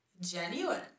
genuine